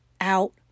out